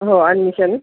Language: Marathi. हो ॲडमिशन